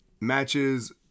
matches